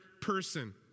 person